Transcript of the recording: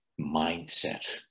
mindset